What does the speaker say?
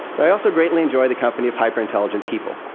but i also greatly enjoy the company of hyperintelligent people.